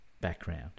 background